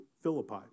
Philippi